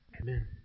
Amen